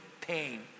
pain